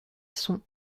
sont